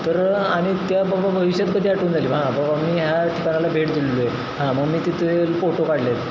तर आणि त्या बाबा भविष्यात कधी आठवण झाली हां बाबा मी ह्या ठिकाणाला भेट दिलेली आहे हां मग मी तिथे फोटो काढले आहेत